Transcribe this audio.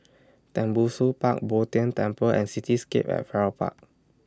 Tembusu Park Bo Tien Temple and Cityscape At Farrer Park